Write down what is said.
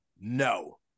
no